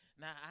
Now